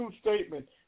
statement